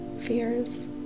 fears